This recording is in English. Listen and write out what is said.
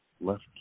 left